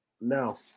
No